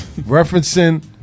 referencing